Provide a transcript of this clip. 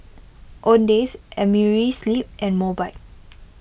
Owndays Amerisleep and Mobike